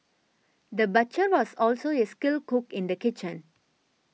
the butcher was also a skilled cook in the kitchen